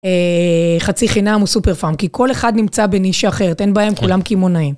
חצי חינם הוא סופר פאנקי, כל אחד נמצא בנישה אחרת, אין בעיה, הם כולם קמעונאים.